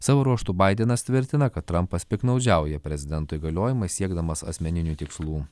savo ruožtu baidenas tvirtina kad trampas piktnaudžiauja prezidento įgaliojimais siekdamas asmeninių tikslų